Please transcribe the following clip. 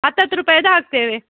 ಹತ್ತತ್ತು ರೂಪಾಯಿದು ಹಾಕ್ತೇವೆ